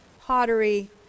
pottery